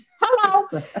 hello